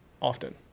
often